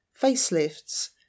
facelifts